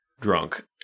drunk